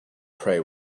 prey